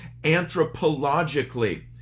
anthropologically